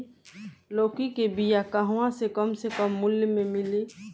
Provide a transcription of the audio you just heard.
लौकी के बिया कहवा से कम से कम मूल्य मे मिली?